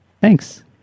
Thanks